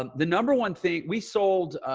um the number one thing we sold,